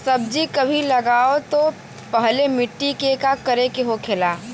सब्जी कभी लगाओ से पहले मिट्टी के का करे के होखे ला?